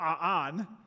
on